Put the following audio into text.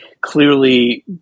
clearly